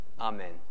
Amen